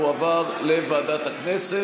ההצעה תועבר לוועדת הכנסת,